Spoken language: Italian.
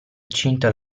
cinta